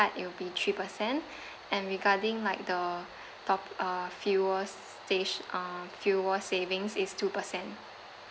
it will be three percent and regarding like the top uh fuel stas~ uh fuel savings it's two percent